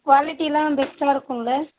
க்வாலிட்டியெல்லாம் பெஸ்ட்டாக இருக்கும்ல